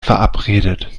verabredet